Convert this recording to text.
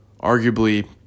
arguably